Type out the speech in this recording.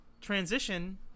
transition